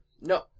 No